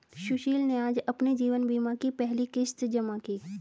सुशील ने आज अपने जीवन बीमा की पहली किश्त जमा की